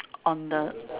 on the